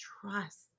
trust